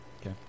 Okay